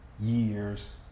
years